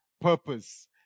Purpose